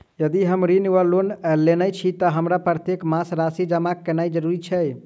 यदि हम ऋण वा लोन लेने छी तऽ हमरा प्रत्येक मास राशि जमा केनैय जरूरी छै?